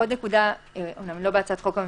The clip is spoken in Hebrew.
עוד נקודה אמנם לא בהצעת החוק הממשלתית,